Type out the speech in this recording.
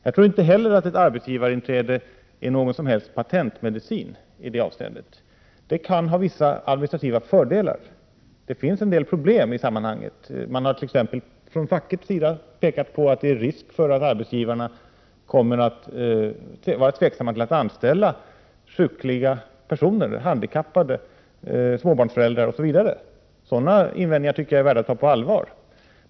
Jag tror inte heller att ett arbetsgivarinträde är någon som helst patentmedicin i detta sammanhang. Det kan innebära vissa administrativa fördelar, men det finns också en hel del problem i sammanhanget. Man har från t.ex. fackligt håll pekat på att det finns risk för att arbetsgivarna kommer att vara tveksamma till att anställa sjukliga personer, handikappade, småbarnsföräldrar osv. Sådana invändningar tycker jag att det är värt att ta på allvar.